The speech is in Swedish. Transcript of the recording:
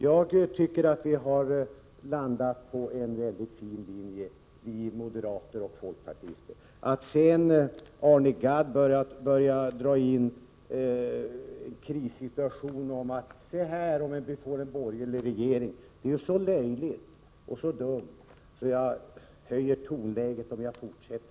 Jag tycker att vi moderater och folkpartister har landat på en fin uppfattning. Sedan börjar Arne Gadd tala om krissituation och säga: Se här vad som händer om vi får en borgerlig regering! Det är så löjligt och dumt att jag, herr talman, skulle höja tonläget om jag fortsatte!